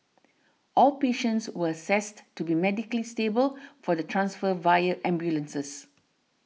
all patients were assessed to be medically stable for the transfer via ambulances